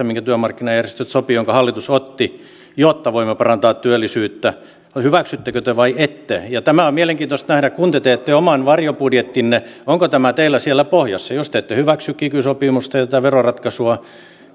minkä työmarkkinajärjestöt sopivat ja jonka hallitus otti jotta voimme parantaa työllisyyttä hyväksyttekö te vai ette on mielenkiintoista nähdä kun te teette oman varjobudjettinne onko tämä teillä siellä pohjassa jos te ette hyväksy kiky sopimusta ja tätä veroratkaisua